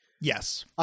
yes